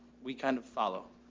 we kind of follow.